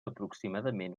aproximadament